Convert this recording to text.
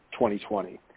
2020